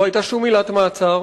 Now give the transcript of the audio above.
לא היתה שום עילת מעצר.